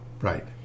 Right